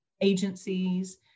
agencies